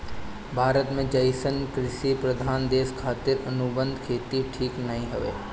भारत जइसन कृषि प्रधान देश खातिर अनुबंध खेती ठीक नाइ हवे